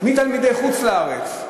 מתלמידי חוץ-לארץ,